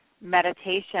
meditation